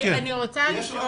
לגבי